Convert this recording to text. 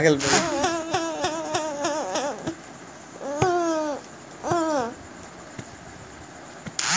अर्थशास्त्र आ वित्त में आर्बिट्रेज दू गो बाजार के कीमत से फायदा उठावे के प्रथा हवे